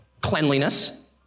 cleanliness